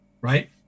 right